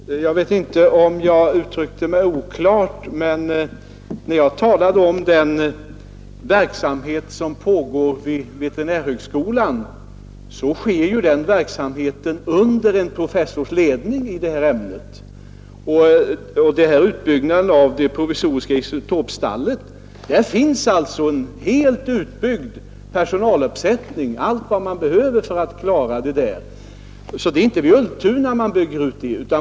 Fru talman! Jag vet inte om jag uttryckt mig oklart. Men då jag talade om den verksamhet som pågår vid veterinärhögskolan menade jag att den sker under en professors ledning i det här ämnet. Och vad beträffar utbyggnaden av det provisoriska isotopstallet så finns det redan en fullständig personaluppsättning och allt vad man behöver för att klara sig. Men det är inte vid Ultuna man bygger ut.